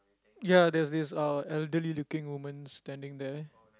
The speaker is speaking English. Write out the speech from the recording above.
ya there's this uh elderly looking woman standing there